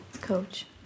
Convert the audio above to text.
Coach